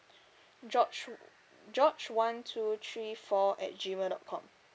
george george one two three four at G mail dot com